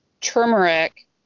turmeric